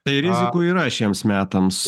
tai rizikų yra šiems metams